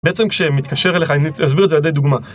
בעצם כשמתקשר אליך, אני אסביר את זה על ידי דוגמה.